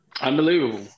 Unbelievable